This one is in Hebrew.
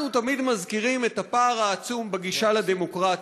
אנחנו תמיד מזכירים את הפער העצום בגישה לדמוקרטיה,